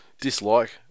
dislike